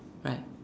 right